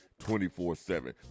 24-7